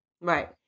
Right